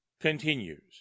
continues